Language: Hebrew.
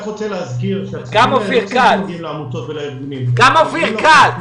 גם אופיר כץ.